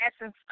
essence